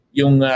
yung